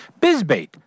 bizbait